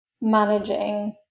managing